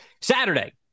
Saturday